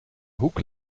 hoek